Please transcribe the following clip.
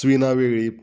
Swina Velip